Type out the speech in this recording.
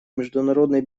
международной